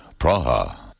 Praha